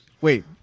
Wait